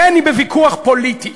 כן, היא בוויכוח פוליטי.